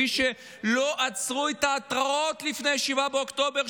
כפי שלא עצרו ההתרעות לפני 7 באוקטובר,